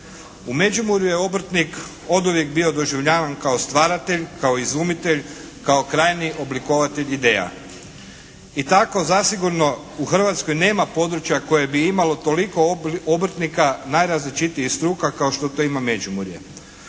U Međimurju je obrtnik oduvijek bio doživljavan kao stvaratelj, kao izumitelj, kao krajnji oblikovatelj ideja. I tako zasigurno u Hrvatskoj nema područja koje bi imalo toliko obrtnika najrazličitijih struka kao što to ima Međimurje.